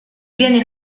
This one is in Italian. viene